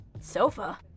Sofa